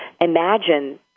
Imagine